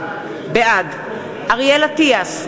בעד אריאל אטיאס,